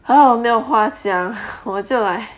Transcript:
还有我没有话讲我就 like